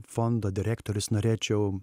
fondo direktorius norėčiau